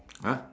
!huh!